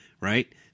right